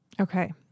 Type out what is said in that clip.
Okay